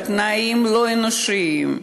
בתנאים לא אנושיים,